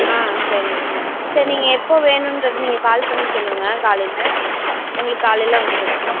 ஆ சரிங்க சரி நீங்கள் எப்போ வேணும்கிறத நீங்கள் கால் பண்ணி சொல்லுங்கள் காலையில் உங்களுக்கு காலையில் வந்திரும்